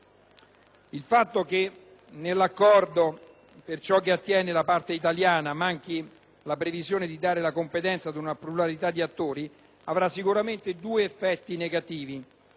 il fatto che, per ciò che attiene la parte italiana, nell'Accordo manchi la previsione di affidare la competenza ad una pluralità di attori avrà sicuramente due effetti negativi.